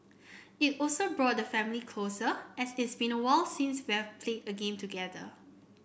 it also brought the family closer as it's been awhile since we've played a game together